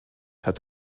hat